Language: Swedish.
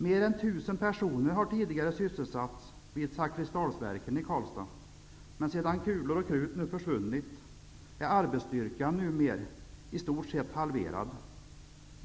Mer än 1 000 personer har tidigare sysselsatts vid Zakrisdalsverken i Karlstad, men sedan kulor och krut försvunnit är arbetsstyrkan numera i stort sett halverad.